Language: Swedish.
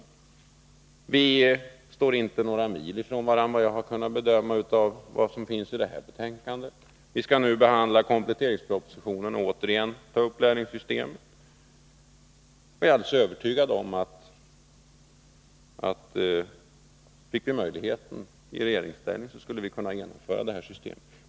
Och vi står inte några mil från varandra, efter vad jag kunnat bedöma av vad som står i det aktuella betänkandet. Vi skall nu behandla kompletteringspropositonen och återigen ta upp lärlingssystemet. Jag är alldeles övertygad om att om vi fick möjlighet i regeringsställning skulle vi kunna genomföra det här systemet.